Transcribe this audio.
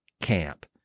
camp